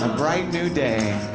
and bright new day